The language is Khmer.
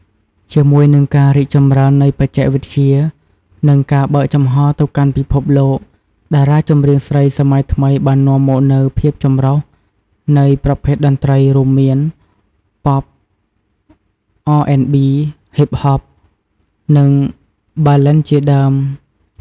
ជាមួយនឹងការរីកចម្រើននៃបច្ចេកវិទ្យា និងការបើកចំហរទៅកាន់ពិភពលោក តារាចម្រៀងស្រីសម័យថ្មីបាននាំមកនូវ ភាពចម្រុះ នៃប្រភេទតន្ត្រី រួមមាន Pop R&B Hip Hop និង Ballad ជាដើម។